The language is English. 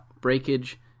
breakage